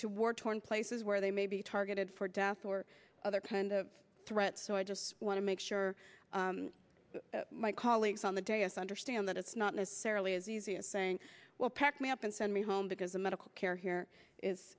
to war torn places where they may be targeted for death or other kind of threat so i just want to make sure my colleagues on the day us understand that it's not necessarily as easy as saying well pack me up and send me home because the medical care here is